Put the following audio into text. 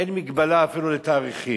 אין הגבלה אפילו על תאריכים.